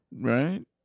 Right